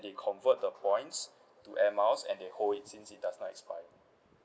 they convert the points to air miles and they hold it since it does not expire